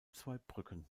zweibrücken